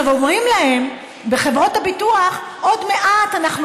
אומרים להם בחברות הביטוח: עוד מעט אנחנו